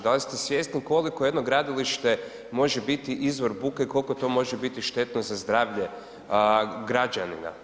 Da li ste svjesni koliko jedno gradilište može biti izvor buke i koliko to može biti štetno za zdravlje građanina?